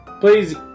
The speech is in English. Please